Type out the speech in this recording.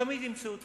תמיד ימצאו תירוץ,